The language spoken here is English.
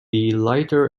lighter